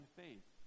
faith